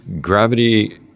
gravity